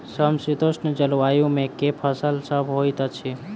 समशीतोष्ण जलवायु मे केँ फसल सब होइत अछि?